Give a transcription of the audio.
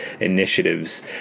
initiatives